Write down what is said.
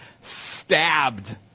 stabbed